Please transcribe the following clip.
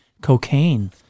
cocaine